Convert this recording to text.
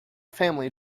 family